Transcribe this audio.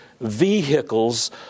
vehicles